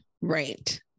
Right